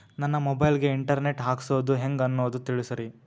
ನನ್ನ ಮೊಬೈಲ್ ಗೆ internet ಹಾಕ್ಸೋದು ಹೆಂಗ್ ಅನ್ನೋದು ತಿಳಸ್ರಿ